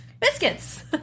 Biscuits